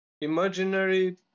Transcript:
imaginary